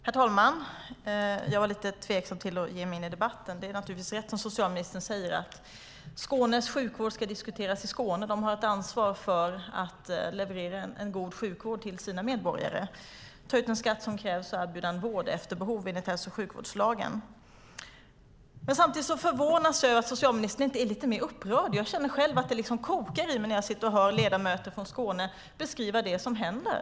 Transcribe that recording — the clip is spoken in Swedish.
Herr talman! Jag var lite tveksam till att ge mig in i debatten. Det är naturligtvis rätt som socialministern säger att Skånes sjukvård ska diskuteras i Skåne. De har ett ansvar för att leverera en god sjukvård till sina medborgare, ta ut den skatt som krävs och erbjuda vård efter behov enligt hälso och sjukvårdslagen. Samtidigt förvånas jag över att socialministern inte är lite mer upprörd. Jag känner själv att det kokar i mig när jag hör ledamöter från Skåne beskriva det som händer.